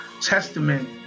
testament